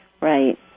Right